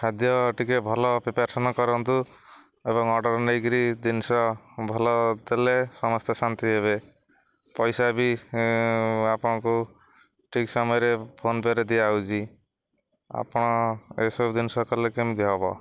ଖାଦ୍ୟ ଟିକେ ଭଲ ପ୍ରିପାଏରେସନ କରନ୍ତୁ ଏବଂ ଅର୍ଡ଼ର ନେଇକିରି ଜିନିଷ ଭଲ ଦେଲେ ସମସ୍ତେ ଶାନ୍ତି ହେବେ ପଇସା ବି ଆପଣଙ୍କୁ ଠିକ୍ ସମୟରେ ଫୋନ ପେରେ ଦିଆହେଉଛି ଆପଣ ଏସବୁ ଜିନିଷ କଲେ କେମିତି ହେବ